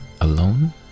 Alone